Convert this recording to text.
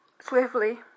swiftly